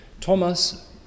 Thomas